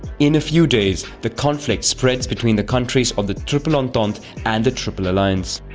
in a few days, the conflict spreads between the countries of the triple entente and the triple alliance.